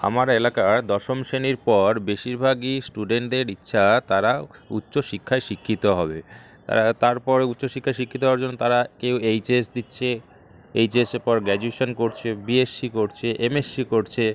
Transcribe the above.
আমার এলাকার দশম শ্রেণির পর বেশিরভাগই স্টুডেনদের ইচ্ছা তারা উচ্চশিক্ষায় শিক্ষিত হবে তারা তারপর উচ্চশিক্ষায় শিক্ষিত হওয়ার জন্য তারা কেউ এইচ এস দিচ্ছে এইচ এসের পর গ্যাজুয়েশন করছে বিএসসি করছে এমএসসি করছে